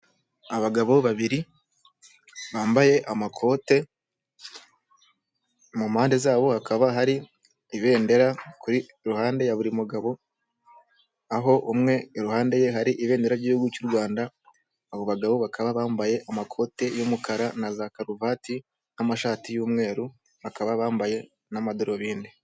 Abagabo babiri bambaye amakote, mu mpande zabo hakaba hari ibendera kuri ruhande ya buri mugabo, aho umwe i ruhande ye hari ibendera ry'igihugu cy'u Rwanda, abo bagabo bakaba bambaye amakoti y'umukara na za karuvati n'amashati y'umweru, bakaba bambaye n'amadarubindi.